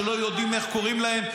שלא יודעים איך קוראים להם,